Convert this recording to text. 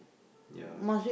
ya